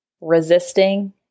Resisting